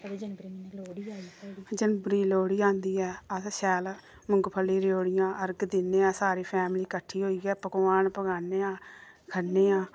जनवरी लोह्ड़ी आंदी ऐ अस शैल मुंगफली रयौड़ियां अरग दि'न्ने अस सारी फैमली किट्ठे होइये पकवान पकाने आं ख'न्ने आं